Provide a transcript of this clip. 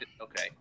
Okay